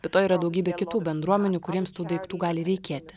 be to yra daugybė kitų bendruomenių kuriems tų daiktų gali reikėti